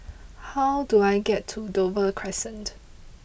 how do I get to Dover Crescent